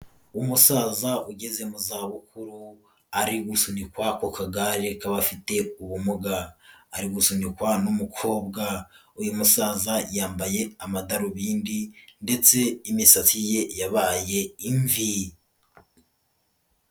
Umusaza ugeze mu zabukuru, ari gusunikwa ku kagare k'abafite ubumuga, ari gusunikwa n'umukobwa, uyu musaza yambaye amadarubindi ndetse n'imisatsi ye yabaye imvi.